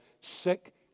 sick